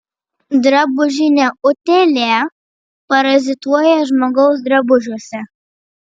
drabužinė utėlė parazituoja žmogaus drabužiuose